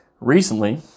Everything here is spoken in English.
recently